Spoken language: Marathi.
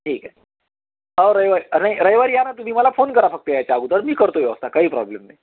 ठीक आहे हो रविवार नाही रविवारी या ना तुम्ही मला फोन करा फक्त यायच्या अगोदर मी करतो व्यवस्था काही प्रॉब्लेम नाही